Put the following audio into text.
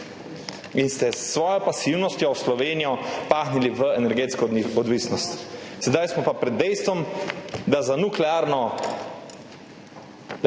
in ste s svojo pasivnostjo Slovenijo pahnili v energetsko odvisnost, sedaj smo pa pred dejstvom, da za nuklearno elektrarno